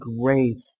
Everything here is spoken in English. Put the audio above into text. grace